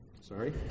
Sorry